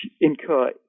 incur